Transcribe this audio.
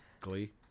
Glee